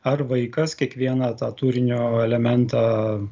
ar vaikas kiekvieną tą turinio elementą